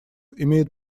имеют